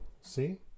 See